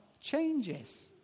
changes